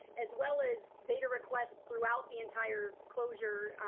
as well as data requests throughout the entire closure,